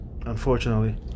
unfortunately